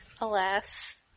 Alas